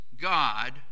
God